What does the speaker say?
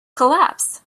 collapsed